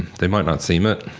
they might not seem it,